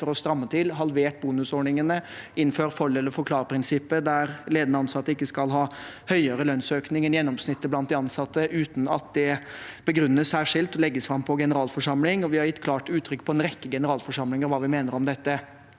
for å stramme til – halvert bonusordningene, innført «følg eller forklar»-prinsippet, der ledende ansatte ikke skal ha høyere lønnsøkning enn gjennomsnittet blant de ansatte uten at det begrunnes særskilt og legges fram på generalforsamling, og vi har gitt klart uttrykk på en rekke generalforsamlinger for hva vi mener om dette.